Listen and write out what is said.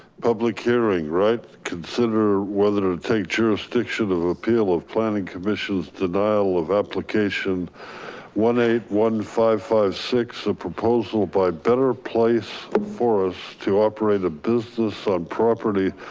public hearing, right? consider whether it take jurisdiction of appeal of planning. commission's denial of application one eight one five five six a proposal by better place for us to operate a business on property.